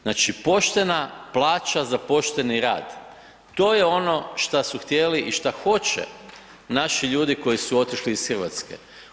Znači poštena plaća za pošteni rad, to je ono šta su htjeli i šta hoće naši ljudi koji su otišli iz Hrvatske.